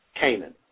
Canaan